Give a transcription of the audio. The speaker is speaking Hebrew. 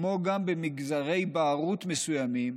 כמו גם במגזרי בערות מסוימים,